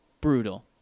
Brutal